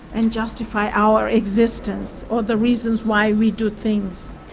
and justify our existence or the reasons why we do things.